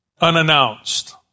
unannounced